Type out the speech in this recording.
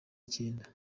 icyenda